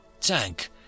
tank